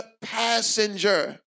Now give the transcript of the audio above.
passenger